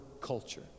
culture